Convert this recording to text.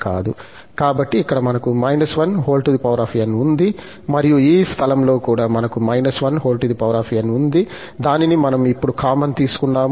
కాబట్టి ఇక్కడ మనకు −1 n ఉంది మరియు ఈ స్థలంలో కూడా మనకు −1 n ఉంది దానిని మనం ఇప్పుడు కామన్ తీసుకున్నాము